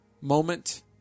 moment